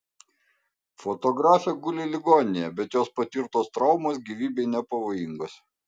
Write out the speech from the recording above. fotografė guli ligoninėje bet jos patirtos traumos gyvybei nepavojingos